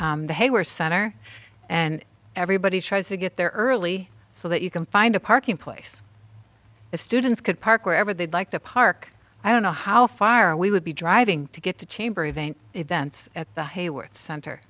events that were center and everybody tries to get there early so that you can find a parking place if students could park wherever they'd like the park i don't know how far we would be driving to get to chamber events events at the hayward center